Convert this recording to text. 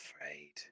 afraid